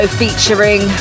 featuring